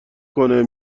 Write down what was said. کنه